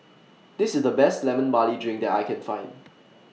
This IS The Best Lemon Barley Drink that I Can Find